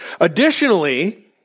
Additionally